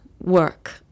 work